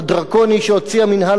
"צו שימוש מפריע",